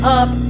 up